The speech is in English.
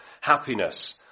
happiness